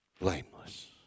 blameless